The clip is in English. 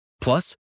Plus